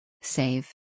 Save